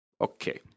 Okay